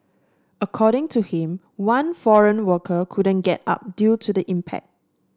according to him one foreign worker couldn't get up due to the impact